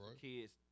Kids